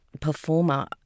performer